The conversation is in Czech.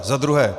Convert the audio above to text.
Za druhé.